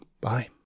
bye